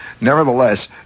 nevertheless